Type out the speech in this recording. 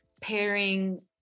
pairing